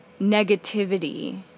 negativity